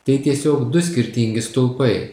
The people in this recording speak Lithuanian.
tai tiesiog du skirtingi stulpai